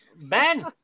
Ben